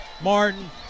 Martin